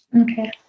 Okay